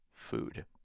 food